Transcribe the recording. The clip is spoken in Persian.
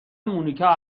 مونیکا